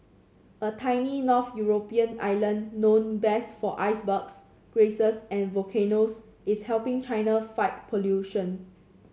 a tiny north European island known best for icebergs geysers and volcanoes is helping China fight pollution